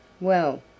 Well